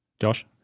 josh